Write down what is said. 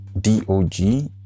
d-o-g